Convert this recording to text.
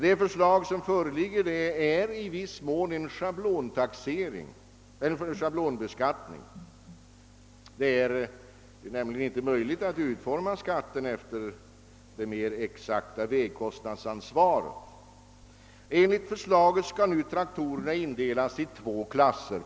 Det förslag som föreligger avser i viss mån en schablonbeskattning. Det är nämligen inte möjligt att utforma skatten efter det mer exakta vägkostnadsansvaret. Enligt förslaget skall traktorerna indelas i två klasser.